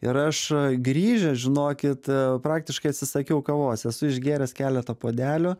ir aš grįžęs žinokit praktiškai atsisakiau kavos esu išgėręs keletą puodelių